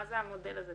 מה זה המודל הזה,